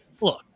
look